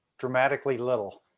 dramatically little.